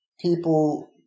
people